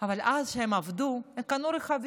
אבל אז, כשהם עבדו, הם קנו רכבים.